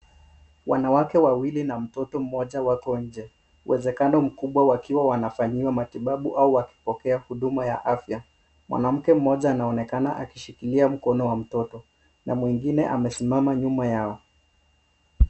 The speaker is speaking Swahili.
Wanawake wawili na mtoto mmoja wako nje, uwezekano mkubwa wakiwa wanafanyiwa matibabu au wakipokea huduma ya afya. Mwanamke mmoja anaonekana akishikilia mkono wa mtoto, na mwingine amesimama nyuma yao.